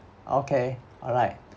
okay alright